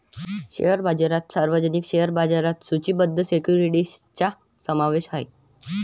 share बाजारात सार्वजनिक share बाजारात सूचीबद्ध सिक्युरिटीजचा समावेश आहे